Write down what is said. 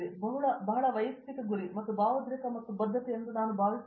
ಇದು ಬಹಳ ವೈಯಕ್ತಿಕ ಗುರಿ ಮತ್ತು ಭಾವೋದ್ರೇಕ ಮತ್ತು ಬದ್ಧತೆಯೆಂದು ನಾನು ಭಾವಿಸುತ್ತೇನೆ